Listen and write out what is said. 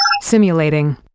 Simulating